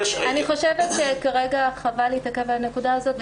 אני חושבת שכרגע חבל להתעכב על הנקודה הזאת.